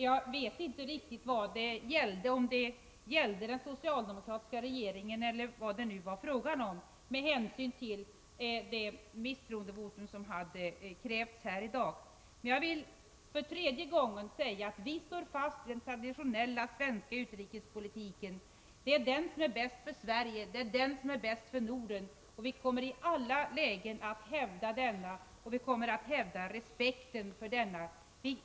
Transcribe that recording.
Jag vet inte riktigt vad han menade, om det gällde den socialdemokratiska regeringen eller vad det var fråga om som hade samband med det misstroendevotum som krävts här i dag. Men jag vill för tredje gången säga att vi står fast vid den traditionella svenska utrikespolitiken. Det är den som är bäst för Sverige, och det är den som är bäst för Norden. Vi kommer i alla lägen att hävda denna liksom respekten för den.